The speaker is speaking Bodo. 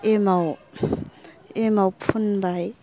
एमाव एमाव फुनबाय